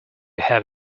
have